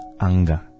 anger